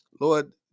Lord